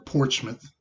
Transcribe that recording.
Portsmouth